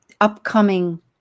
upcoming